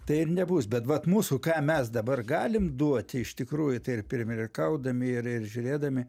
tai ir nebus bet vat mūsų ką mes dabar galim duoti iš tikrųjų tai ir pirmininkaudami ir ir žiūrėdami